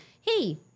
hey